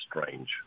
strange